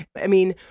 i mean,